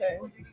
Okay